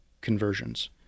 conversions